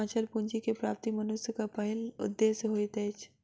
अचल पूंजी के प्राप्ति मनुष्यक पहिल उदेश्य होइत अछि